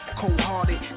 cold-hearted